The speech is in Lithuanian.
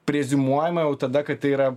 preziumuojama jau tada kad tai yra